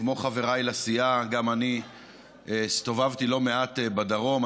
כמו חבריי לסיעה, גם אני הסתובבתי לא מעט בדרום.